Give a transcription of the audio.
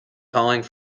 calling